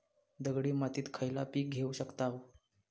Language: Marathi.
दगडी मातीत खयला पीक घेव शकताव?